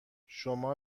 شما